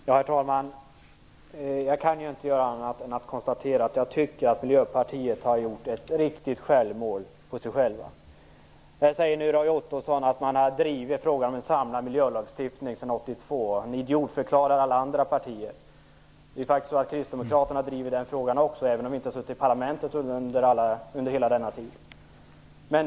Herr talman! Jag kan inte göra annat än att konstatera att jag tycker att Miljöpartiet har gjort ett riktigt självmål. Här säger Roy Ottosson att man har drivit frågan om en samlad miljölagstiftning sedan 1982. Han idiotförklarar alla andra partier. Kristdemokraterna driver faktiskt den frågan också, även om vi inte suttit i parlamentet under hela denna tid.